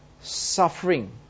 suffering